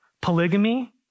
polygamy